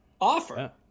offer